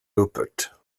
rupert